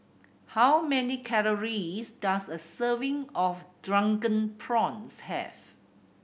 how many calories does a serving of Drunken Prawns have